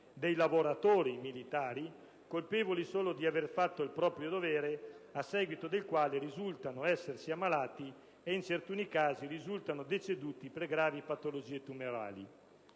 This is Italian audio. dei lavoratori militari, colpevoli solo di aver fatto il proprio dovere, a seguito del quale risultano essersi ammalati e in certuni casi risultano deceduti per gravi patologie tumorali.